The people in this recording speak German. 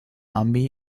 armee